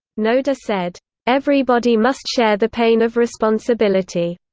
noda said everybody must share the pain of responsibility.